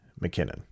McKinnon